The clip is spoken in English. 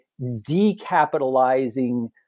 decapitalizing